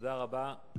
תודה רבה.